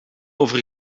over